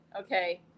Okay